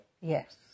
Yes